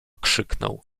krzyknął